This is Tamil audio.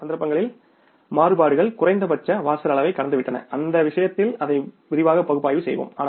இந்த சந்தர்ப்பங்களில் மாறுபாடுகள் குறைந்தபட்ச வாசல் அளவைக் கடந்துவிட்டன அந்த விஷயத்தில் அதை விரிவாக பகுப்பாய்வு செய்வோம்